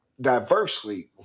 diversely